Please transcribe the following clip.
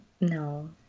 No